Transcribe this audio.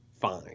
fine